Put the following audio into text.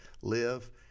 live